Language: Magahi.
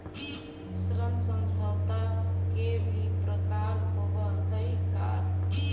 ऋण समझौता के भी प्रकार होवऽ हइ का?